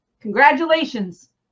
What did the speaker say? congratulations